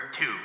two